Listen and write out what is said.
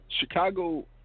Chicago